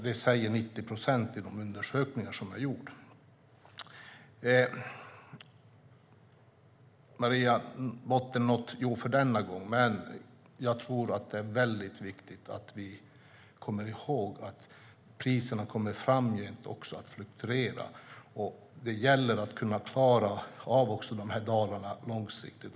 Det säger 90 procent av tillfrågade i gjorda undersökningar. Visst är botten nådd denna gång, Maria Plass, men det är viktigt att vi kommer ihåg att priserna även framöver kommer att fluktuera. Det gäller att klara dalarna även långsiktigt.